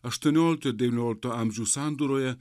aštuoniolikto ir devyniolikto amžių sandūroje